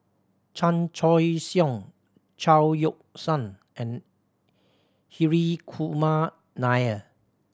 Chan Choy Siong Chao Yoke San and Hri Kumar Nair